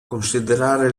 considerare